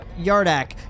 Yardak